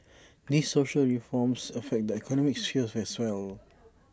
these social reforms affect the economic sphere as well